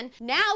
Now